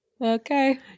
Okay